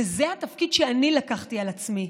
וזה התפקיד שאני לקחתי על עצמי,